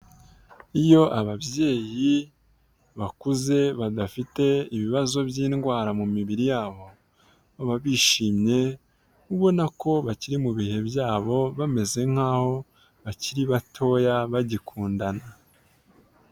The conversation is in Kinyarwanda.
Iyo ababyeyi bakuze badafite ibibazo by'indwara mu mibiri yabo baba bishimye ubona ko bakiri mu bihe byabo, bameze nk'aho bakiri batoya bagikundana.